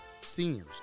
seniors